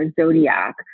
zodiac